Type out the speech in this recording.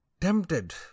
tempted